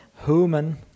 Human